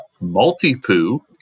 Multi-poo